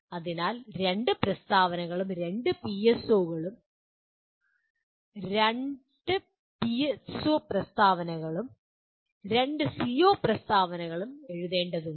അതിനാൽ രണ്ട് പ്രസ്താവനകളും രണ്ട് പിഎസ്ഒ പ്രസ്താവനകളും രണ്ട് സിഒ പ്രസ്താവനകളും എഴുതേണ്ടതുണ്ട്